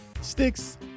Sticks